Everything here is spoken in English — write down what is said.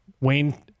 Wayne